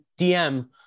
dm